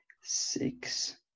six